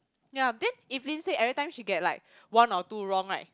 ya then Evelyn say every time she get like one or two wrong right